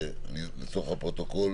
לצורך הפרוטוקול,